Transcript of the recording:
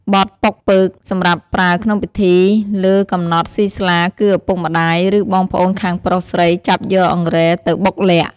បទប៉ុកពើក សម្រាប់ប្រើក្នុងពិធីលើកំណត់សុីស្លាគឺឪពុកម្ដាយ ឬបងប្អូនខាងប្រុសស្រីចាប់យកអង្រែទៅបុកល័ក្ត។